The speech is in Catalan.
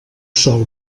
sol